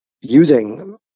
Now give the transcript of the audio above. using